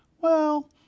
Well